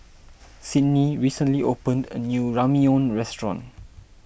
Sidney recently opened a new Ramyeon restaurant